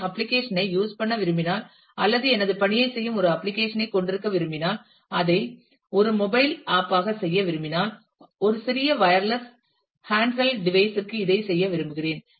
நான் அப்ளிகேஷன் ஐ யூஸ் பண்ண விரும்பினால் அல்லது எனது பணியைச் செய்யும் ஒரு அப்ளிகேஷன் ஐ கொண்டிருக்க விரும்பினால் ஆனால் அதை ஒரு மொபைல் மொபைல் ஆப் ஆக செய்ய விரும்பினால் ஒரு சிறிய வயர்லெஸ் ஹாண்ட் ஹெல்ட் டிவைஸ் ற்கு இதைச் செய்ய விரும்புகிறேன்